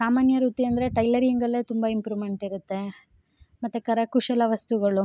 ಸಾಮಾನ್ಯ ವೃತ್ತಿ ಅಂದರೆ ಟೈಲರಿಂಗಲ್ಲೇ ತುಂಬ ಇಂಪ್ರುವ್ಮೆಂಟ್ ಇರುತ್ತೆ ಮತ್ತು ಕರ ಕುಶಲ ವಸ್ತುಗಳು